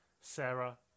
Sarah